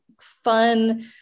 fun